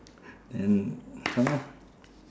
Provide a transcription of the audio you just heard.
and !huh!